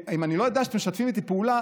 אם אני לא יודע שאתם משתפים איתי פעולה,